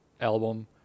album